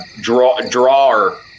drawer